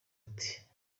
ati